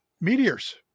meteors